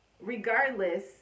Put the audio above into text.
regardless